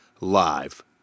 live